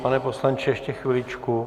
Pane poslanče, ještě chviličku.